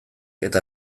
eta